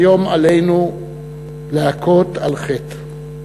היום עלינו להכות על חטא.